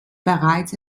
bereits